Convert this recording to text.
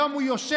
היום הוא יושב,